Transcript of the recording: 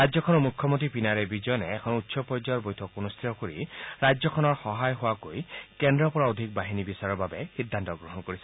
ৰাজ্যখনৰ মুখ্যমন্ত্ৰী পিনাৰায় বিজয়েনে এখন উচ্চ পৰ্যায়ৰ বৈঠক অনুষ্ঠিত কৰে আৰু ৰাজ্যখনৰ সহায়ক হোৱাকৈ কেন্দ্ৰৰ পৰা অধিক বাহিনী বিচৰাৰ বাবে সিদ্ধান্ত গ্ৰহণ কৰিছে